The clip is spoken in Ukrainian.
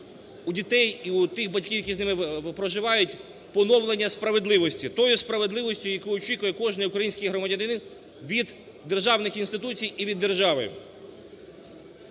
у дітей і у тих батьків, які з ними проживають, поновлення справедливості, тої справедливості, якої очікує кожен український громадянин від державних інституцій і від держави.